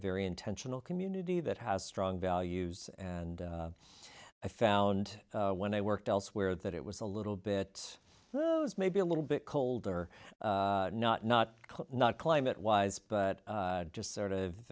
very intentional community that has strong values and i found when i worked elsewhere that it was a little bit those maybe a little bit colder not not not climate wise but just sort of